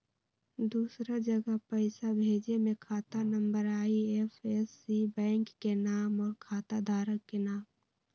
दूसरा जगह पईसा भेजे में खाता नं, आई.एफ.एस.सी, बैंक के नाम, और खाता धारक के नाम?